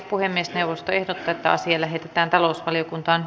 puhemiesneuvosto ehdottaa että asia lähetetään talousvaliokuntaan